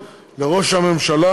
למשל,